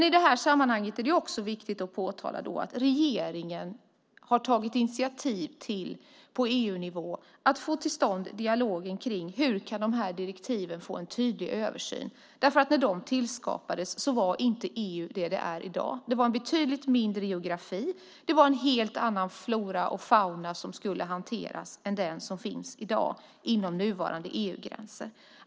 I det här sammanhanget är det också viktigt att påtala att regeringen på EU-nivå har tagit initiativ till att få till stånd en dialog om hur det kan bli en tydlig översyn av de här direktiven. När de tillskapades var EU inte vad EU i dag är. Det var en betydligt mindre geografi, och en helt annan flora och fauna än den flora och fauna som i dag finns inom nuvarande EU-gränser skulle hanteras.